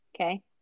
Okay